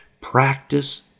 Practice